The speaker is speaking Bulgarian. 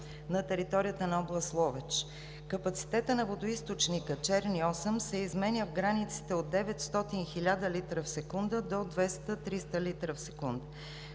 на територията на област Ловеч. Капацитетът на водоизточник „Черни Осъм“ се изменя в границите от 900 – 1000 литра в секунда до 200 – 300 литра в секунда.